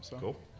Cool